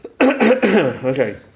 Okay